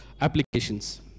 applications